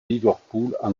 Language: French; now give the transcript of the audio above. liverpool